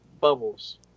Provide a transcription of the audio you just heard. bubbles